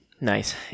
Nice